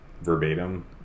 verbatim